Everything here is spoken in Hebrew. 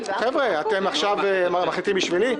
חבר'ה, אתם עכשיו מחליטים בשבילי?